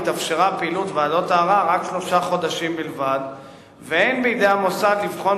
התאפשרה פעילות ועדות הערר רק שלושה חודשים ואין בידי המוסד לבחון